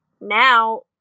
now